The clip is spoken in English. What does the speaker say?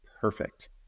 perfect